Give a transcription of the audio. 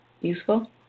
useful